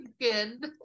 good